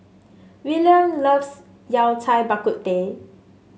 Willian loves Yao Cai Bak Kut Teh